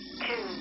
two